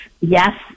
yes